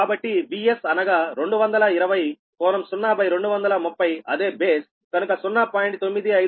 కాబట్టిVs అనగా 220∟0230అదే బేస్కనుక 0